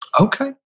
okay